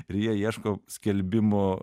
ir jie ieško skelbimų